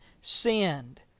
sinned